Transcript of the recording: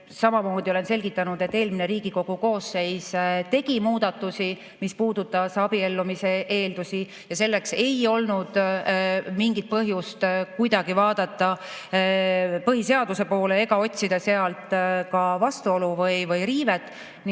Samamoodi olen selgitanud, et eelmine Riigikogu koosseis tegi muudatusi, mis puudutasid abiellumise eeldusi, ja selleks ei olnud mingit põhjust kuidagi vaadata põhiseaduse poole ega otsida sealt vastuolu või riivet. Nii